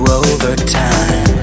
overtime